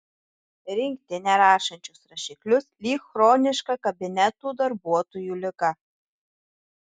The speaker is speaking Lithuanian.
rinkti nerašančius rašiklius lyg chroniška kabinetų darbuotojų liga